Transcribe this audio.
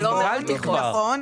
נכון,